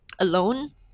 alone